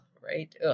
right